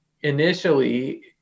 initially